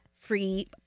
free